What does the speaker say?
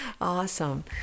awesome